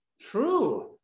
True